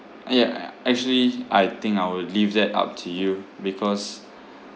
ya ya actually I think I will leave that up to you because